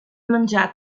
menjar